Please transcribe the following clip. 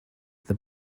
the